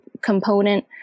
component